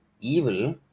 evil